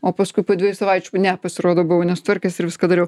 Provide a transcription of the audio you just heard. o paskui po dviejų savaičių ne pasirodo buvau nesutvarkęs ir viską dariau